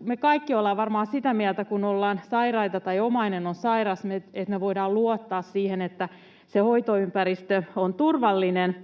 Me kaikki ollaan varmaan sitä mieltä, että kun ollaan sairaita tai omainen on sairas, niin meidän pitää voida luottaa siihen, että se hoitoympäristö on turvallinen,